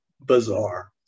bizarre